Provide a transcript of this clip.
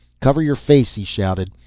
cover your face, he shouted.